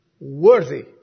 worthy